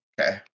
Okay